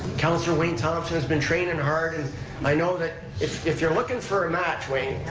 councilor wayne thomson has been training hard, and i know that, if if you're looking for a match, wayne,